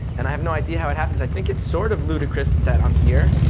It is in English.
and i have no idea how it happens. i think it's sort of ludicrous that i'm here.